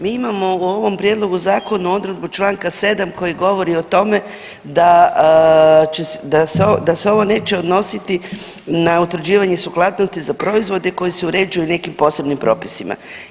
Mi imamo u ovom prijedlog Zakona odredbu čl.7 koji govori o tome da će, da se ovo neće odnositi na utvrđivanje suglasnosti za proizvode koji su uređuju nekim posebnim propisima.